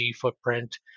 footprint